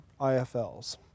IFLs